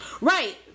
right